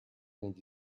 negli